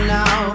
now